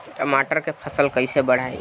टमाटर के फ़सल कैसे बढ़ाई?